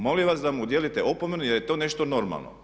Molim vas da mu udijelite opomenu jer je to nešto normalno.